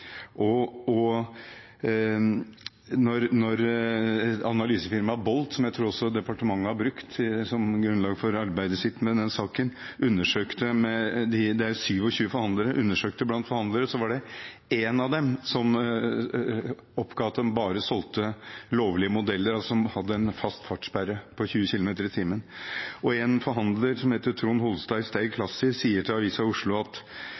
og når analysefirmaet Boldt, som jeg også tror departementet har brukt som grunnlag for arbeidet sitt med denne saken, undersøkte med 27 forhandlere, var det én av dem som oppga at de bare solgte lovlige modeller, og som hadde en fast fartssperre på 20 kilometer i timen. En forhandler, Thomas Holstad i Stayclassy, sier til Avisa Oslo at